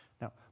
Now